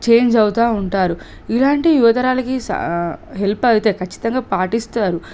change అవుతూ ఉంటారు ఇలాంటి యువతరాలకి సా హెల్ప్ అవుతాయి ఖచ్చితంగా పాటిస్తారు